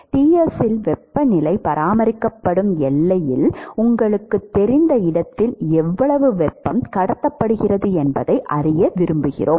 Ts இல் வெப்பநிலை பராமரிக்கப்படும் எல்லையில் உங்களுக்குத் தெரிந்த இடத்தில் எவ்வளவு வெப்பம் கடத்தப்படுகிறது என்பதை அறிய விரும்புகிறோம்